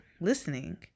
listening